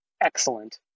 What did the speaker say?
excellent